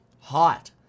hot